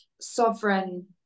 sovereign